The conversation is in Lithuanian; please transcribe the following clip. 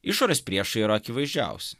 išorės priešai yra akivaizdžiausi